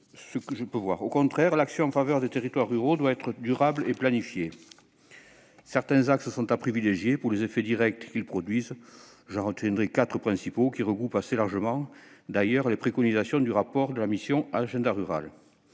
Au contraire, l'action en faveur des territoires ruraux doit être durable et planifiée. Certains axes sont à privilégier pour les effets directs qu'ils produisent. J'en retiendrai trois principaux, qui recoupent assez largement les préconisations du rapport de la mission Agenda rural.